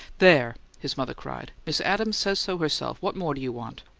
there! his mother cried. miss adams says so, herself! what more do you want?